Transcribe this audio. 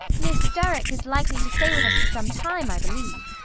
miss derrick is likely to stay with us for some time, i believe.